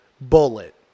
bullet